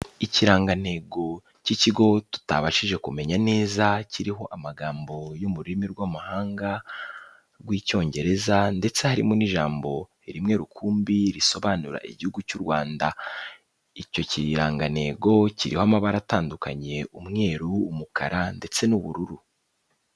Ikirangantego k'ikigo tutabashije kumenya neza, kiriho amagambo y'ururimi rw'amahanga rw'Icyongereza ndetse harimo n'ijambo rimwe rukumbi risobanura igihugu cy'u Rwanda, icyo kirangantego kiriho amabara atandukanye umweru, umukara ndetse n'ubururu.